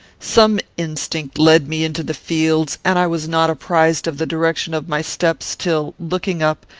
some instinct led me into the fields, and i was not apprized of the direction of my steps, till, looking up,